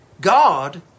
God